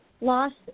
lost